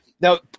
now